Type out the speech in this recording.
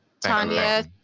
Tanya